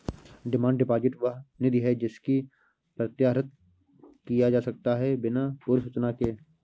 demand deposit वह निधि है जिसको प्रत्याहृत किया जा सकता है बिना पूर्व सूचना के